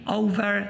over